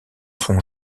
son